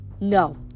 No